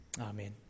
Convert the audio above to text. Amen